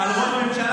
מה קשור